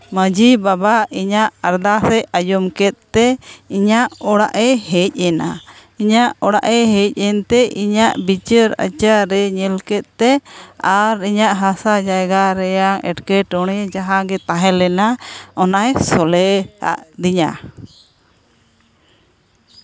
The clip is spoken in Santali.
ᱢᱟᱺᱡᱷᱤ ᱵᱟᱵᱟ ᱤᱧᱟᱹᱜ ᱟᱨᱫᱟᱥᱮ ᱟᱸᱡᱚᱢ ᱠᱮᱫᱛᱮ ᱤᱧᱟᱹᱜ ᱚᱲᱟᱜᱼᱮ ᱦᱮᱡ ᱮᱱᱟ ᱤᱧᱟᱹᱜ ᱚᱲᱟᱜᱼᱮ ᱦᱮᱡ ᱮᱱᱛᱮ ᱤᱧᱟᱹᱜ ᱵᱤᱪᱟᱹᱨ ᱟᱪᱟᱨᱮ ᱧᱮᱞ ᱠᱮᱫᱛᱮ ᱟᱨ ᱤᱧᱟᱹᱜ ᱦᱟᱥᱟ ᱡᱟᱭᱜᱟ ᱨᱮᱭᱟᱜ ᱮᱸᱴᱠᱮᱴᱚᱬᱮ ᱡᱟᱦᱟᱸᱜᱮ ᱛᱟᱦᱮᱸᱞᱮᱱᱟ ᱚᱱᱟᱭ ᱥᱚᱞᱦᱮ ᱟᱹᱫᱤᱧᱟ